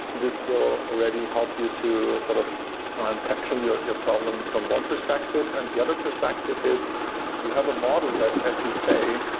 this will already help you to sort of ah and tackle your your problem from one perspective. and the other perspective is you have a model that as you say,